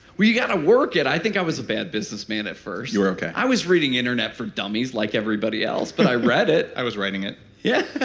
you got to work it. i think i was a bad businessman at first you were okay i was reading internet for dummies like everybody else but i read it i was writing it yeah i